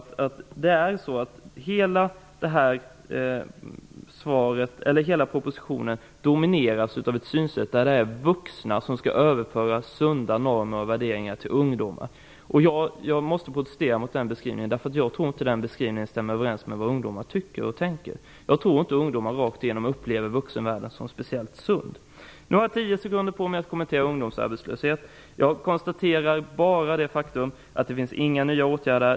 Propositionen domineras av synsättet att vuxna skall överföra sunda normer och värderingar till ungdomar. Jag måste protestera mot den beskrivningen, eftersom jag inte tror att den stämmer överens med vad ungdomar tycker och tänker. Jag tror inte att ungdomar rakt över upplever vuxenvärlden som särskilt sund. Nu har jag tio sekunder på mig för att kommentera frågan om ungdomsarbetslöshet. Jag konstaterar bara det faktum att det inte föreslås några nya åtgärder.